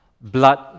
blood